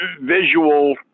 visual